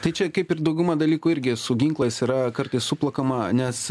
tai čia kaip ir dauguma dalykų irgi su ginklais yra kartais suplakama nes